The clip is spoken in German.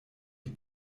die